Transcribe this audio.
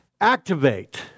Activate